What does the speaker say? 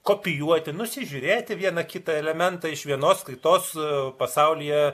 kopijuoti nusižiūrėti vieną kitą elementą iš vienos kitos pasaulyje